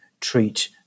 treat